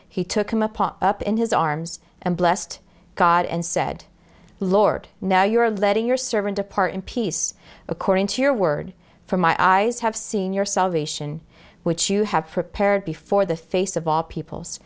he took up in his arms and blessed god and said lord now you're of letting your servant depart in peace according to your word for my eyes have seen your salvation which you have prepared before the face of our people